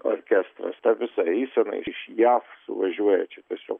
orkestras ta visa eisena iš jav suvažiuoja čia tiesiog